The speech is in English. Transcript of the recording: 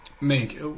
Make